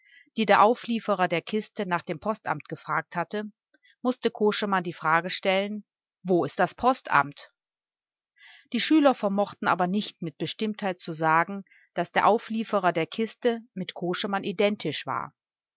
die der auflieferer der kiste nach dem postamt gefragt hatte mußte koschemann die frage stellen wo ist das postamt die schüler vermochten aber nicht mit bestimmtheit zu sagen daß der auflieferer der kiste mit koschemann identisch war